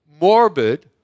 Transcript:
Morbid